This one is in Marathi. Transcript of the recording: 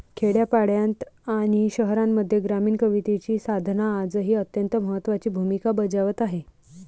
खेड्यापाड्यांत आणि शहरांमध्ये ग्रामीण कवितेची साधना आजही अत्यंत महत्त्वाची भूमिका बजावत आहे